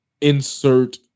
insert